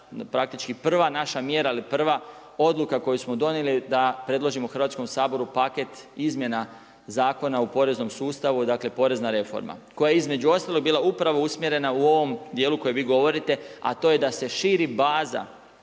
praktički prva naša mjera ili prva odluka koju smo donijeli da predložimo Hrvatskom saboru paket Izmjena zakona u poreznom sustavu, dakle porezna reforma koja je između ostalog bila upravo usmjerena u ovom dijelu o kojem vi govorite a to je da se širi baza